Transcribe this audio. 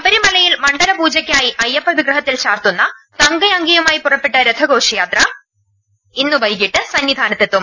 ശബരിമലയിൽ മണ്ഡലപൂജയ്ക്കായി അയ്യപ്പ വിഗ്രഹത്തിൽ ചാർത്തുന്ന തങ്കയങ്കിയുമായി പുറപ്പെട്ട രഥഘോഷയാത്ര ഇന്ന് വൈകിട്ട് സന്നിധാനത്തെത്തും